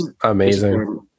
amazing